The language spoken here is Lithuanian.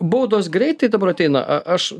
baudos greitai dabar ateina a aš